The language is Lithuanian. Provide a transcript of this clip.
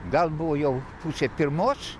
gal buvo jau pusė pirmos